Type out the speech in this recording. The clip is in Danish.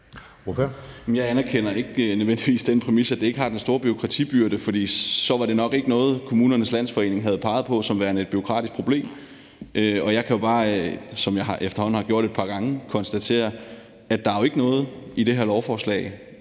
(S): Jeg anerkender ikke nødvendigvis den præmis, at det er en stor bureaukratisk byrde, for så var det nok noget, Kommunernes Landsforening havde peget på som værende et bureaukratisk problem. Jeg kan jo bare, som jeg har efterhånden har gjort et par gange, konstatere, at der jo ikke er noget i det her lovforslag,